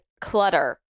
clutter